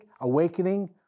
awakening